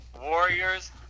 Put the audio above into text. Warriors